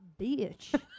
bitch